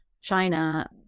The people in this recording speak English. China